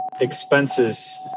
expenses